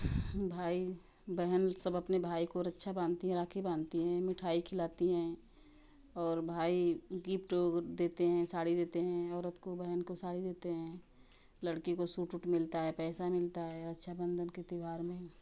भाई बहन सब अपने भाई को रक्षा बांधती हैं राखी बांधती हैं मिठाई खिलाती हैं और भाई गिफ्ट वो देते हैं साड़ी देते हैं औरत को बहन को साड़ी देते हैं लड़की को सूट ऊट मिलता है पैसा मिलता है रक्षाबंधन के त्यौहार में